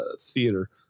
theater